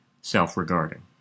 self-regarding